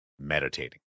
meditating